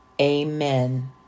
Amen